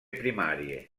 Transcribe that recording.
primarie